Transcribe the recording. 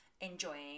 enjoying